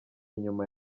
inyuma